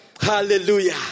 Hallelujah